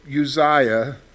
Uzziah